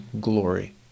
glory